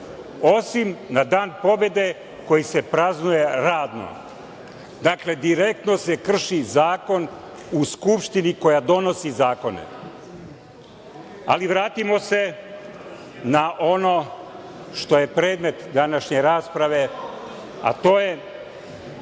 osim na Dan pobede koji se praznuje radno“. Dakle, direktno se krši zakon u Skupštini koja donosi zakone. Vratimo se na ono što je predmet današnje rasprave. Kada su